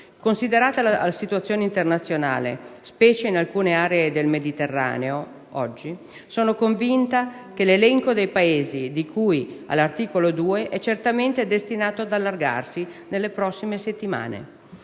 Considerata la situazione internazionale, specie oggi in alcune aree del Mediterraneo, sono convinta che l'elenco dei Paesi di cui all'articolo 2 è certamente destinato ad allargarsi nelle prossime settimane.